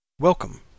Welcome